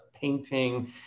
painting